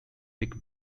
tick